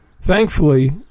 Thankfully